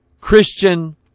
Christian